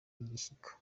igishyika